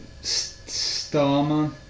Starman